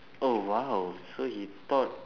oh !wow! so he thought